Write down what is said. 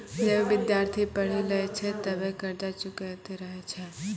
जबे विद्यार्थी पढ़ी लै छै तबे कर्जा चुकैतें रहै छै